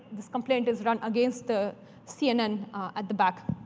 this complaint is run against the cnn at the back.